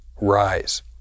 rise